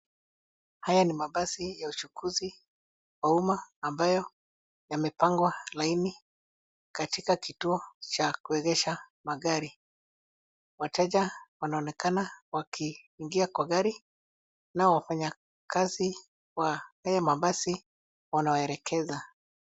haya ni mabasi ya uchuzi wa umma ambayo yamepangwa laini katika kituo cha kuegesha magari, wateja wanaonekana wakiingia kwa gari nao wafanyakazi wa hayo mabasi wanawaelekeza